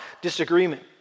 disagreement